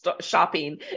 shopping